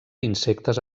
insectes